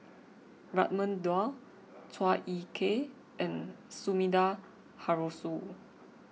Raman Daud Chua Ek Kay and Sumida Haruzo